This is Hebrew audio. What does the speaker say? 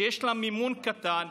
שיש לה מימון קטן,